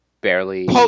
barely